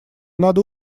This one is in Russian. надо